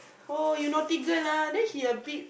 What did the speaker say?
oh you naughty girl ah then he a bit